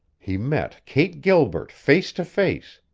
he met kate gilbert face to face.